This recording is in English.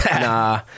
Nah